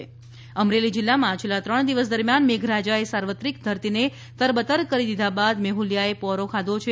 અમરેલી વરસાદ અમરેલી જિલ્લામાં છેલ્લા ત્રણ દિવસ દરમિયાન મેઘરાજાએ સાર્વત્રિક રીતે ધરતીને તરબતર કરી દીધા બાદ મેહુલીયાએ પોરો ખાધો છે